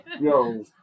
Yo